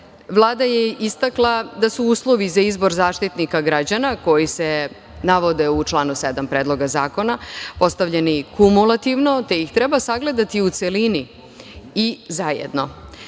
Vlada je istakla da su uslovi za izbor Zaštitnika građana, koji se navode u članu 7. Predloga zakona, postavljeni kumulativno, te ih treba sagledati u celini i zajedno.